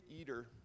eater